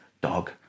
dog